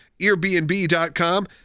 Airbnb.com